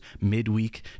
midweek